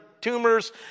tumors